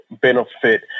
benefit